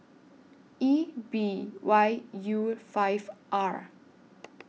E B Y U five R